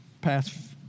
past